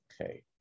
Okay